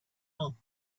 all